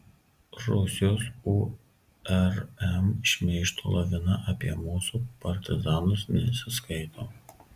rusijos urm šmeižto lavina apie mūsų partizanus nesiskaito